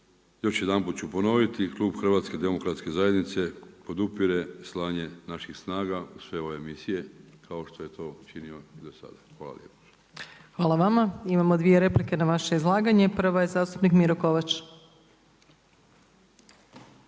Još jedanput ću ponoviti, klub HDZ-a podupire slanje naših snaga u sve ove misije kao što je to činio do sada. Hvala lijepo. **Opačić, Milanka (SDP)** Hvala vama. Imamo dvije replike na vaše izlaganje, prva je zastupnik Miro Kovač.